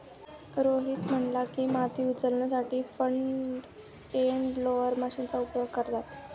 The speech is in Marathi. रोहित म्हणाला की, माती उचलण्यासाठी फ्रंट एंड लोडर मशीनचा उपयोग करतात